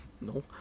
No